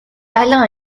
alain